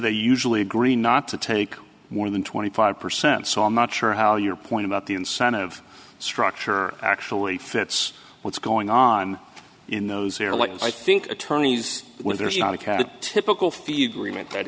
they usually agree not to take more than twenty five percent so i'm not sure how your point about the incentive structure actually fits what's going on in those airliners i think attorneys when there's not a cat the typical field remit that